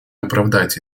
оправдать